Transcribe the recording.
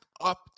up